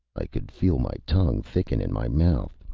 i could feel my tongue thicken in my mouth.